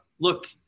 look